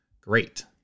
Great